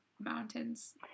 mountains